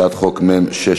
הצעת חוק מ/671.